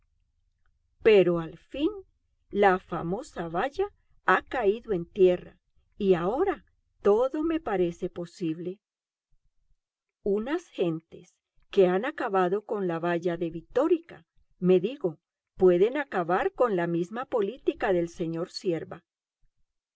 pero al fin la famosa valla ha caído en tierra y ahora todo me parece posible unas gentes que han acabado con la valla de vitórica me digo pueden acabar con la misma política del sr cierva